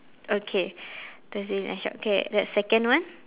okay thursday night shop okay that's second one